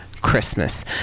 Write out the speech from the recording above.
Christmas